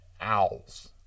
owls